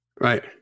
right